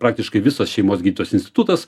praktiškai visas šeimos gydytojos institutas